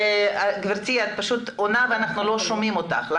גבירתי, את עונה ואנחנו לא שומעים אותך.